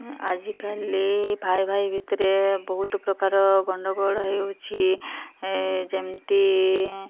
ଆଜିକାଲି ଭାଇଭାଇ ଭିତରେ ବହୁତ ପ୍ରକାର ଗଣ୍ଡଗୋଳ ହେଉଛି ଯେମିତି